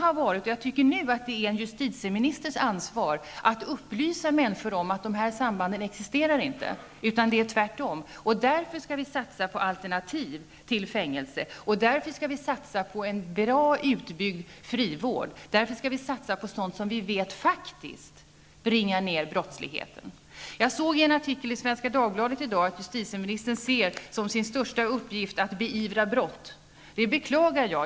Jag tycker att det är en justitieministers ansvar att upplysa människor om att dessa samband inte existerar, utan att det är tvärtom. Därför skall vi satsa på alternativ till fängelse. Därför skall vi satsa på en bra utbyggd frivård. Därför skall vi satsa på sådant som vi vet faktiskt bringar ned brottsligheten. Jag såg i en artikel i Svenska Dagbladet i dag att justitieministern ser som sin största uppgift att beivra brott. Det beklagar jag.